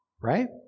right